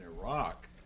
Iraq